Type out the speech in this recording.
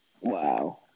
Wow